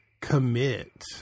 commit